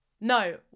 No